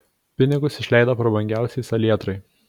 pinigus išleido pabrangusiai salietrai